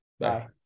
Bye